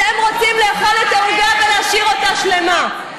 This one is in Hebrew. אתם רוצים לאכול את העוגה ולהשאיר אותה שלמה.